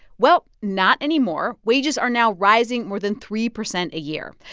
well, not anymore. wages are now rising more than three percent a year.